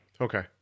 okay